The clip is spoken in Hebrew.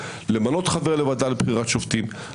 למנות חבר לוועדה לבחירת שופטים -- תודה רבה.